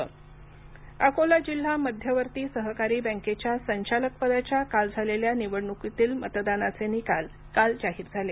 bank निवडणक अकोला जिल्हा मध्यवर्ती सहकारी बँकेच्या संचालक पदाच्या काल झालेल्या निवडणूकीतील मतदानाचे निकाल काल जाहिर झाले